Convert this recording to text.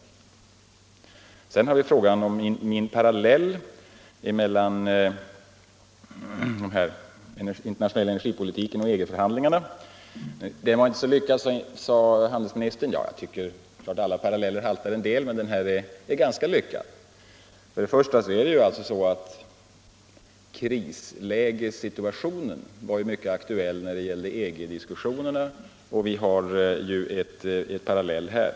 Sedan har vi frågan om min parallell mellan den internationella energipolitiken och EG-förhandlingarna. Den var inte så lyckad, sade handelsministern. Det är klart att alla paralleller haltar en smula, men jag tycker att den här är ganska lyckad. Först och främst var krislägessituationen mycket aktuell i EG-diskussionerna, och vi har ju en parallell här.